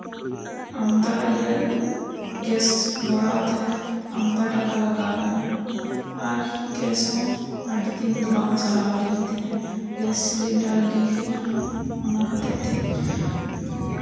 ᱟᱢᱫᱟ ᱤᱭᱟᱹ ᱜᱮᱥ ᱵᱷᱚᱨᱟᱣ ᱛᱮ ᱟᱢᱫᱟ ᱴᱟᱠᱟ ᱞᱟᱜᱟᱣᱮᱱᱟ ᱟᱨ ᱜᱮᱥ ᱦᱚᱸ ᱟᱹᱰᱤ ᱫᱤᱱ ᱫᱚ ᱵᱟᱝ ᱪᱟᱞᱟᱣ ᱞᱮᱱ ᱛᱤᱧᱟᱹ ᱜᱮᱥ ᱥᱤᱞᱤᱱᱰᱟᱨ ᱞᱤᱠ ᱮᱱᱟ ᱚᱱᱟ ᱦᱚᱛᱮᱡᱛᱮ